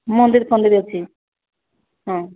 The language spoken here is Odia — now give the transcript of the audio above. ମନ୍ଦିର ଫନ୍ଦିର ଅଛି ହଁ